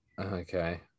okay